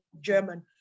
German